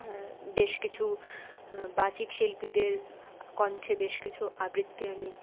বেশ কিছু বাচিক শিল্পীদের কন্ঠে বেশ কিছু আবৃত্তি আমি